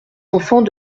enfants